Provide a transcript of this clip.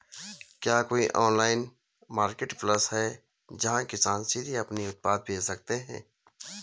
क्या कोई online marketplace है, जहां किसान सीधे अपने उत्पाद बेच सकते हैं?